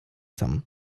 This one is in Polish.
tam